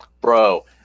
Bro